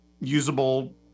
usable